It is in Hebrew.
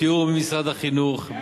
בתיאום עם משרד החינוך,